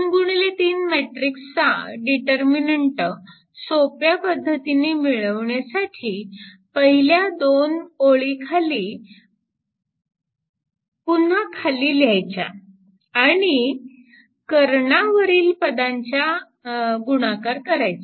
3 गुणिले 3 मॅट्रिक्सचा डीटरर्मिनंट सोप्या पद्धतीने मिळवण्यासाठी पहिल्या दोन ओळी पुन्हा खाली लिहायच्या आणि करणा वरील पदांच्या गुणाकार करायचा